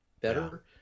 better